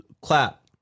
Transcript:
clap